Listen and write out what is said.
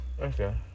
Okay